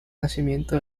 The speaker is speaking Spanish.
nacimiento